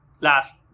last